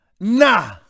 Nah